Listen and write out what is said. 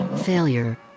Failure